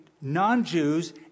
non-Jews